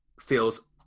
feels